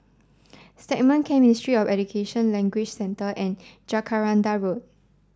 Stagmont Camp Ministry of Education Language Centre and Jacaranda Road